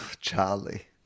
Charlie